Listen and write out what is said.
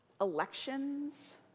elections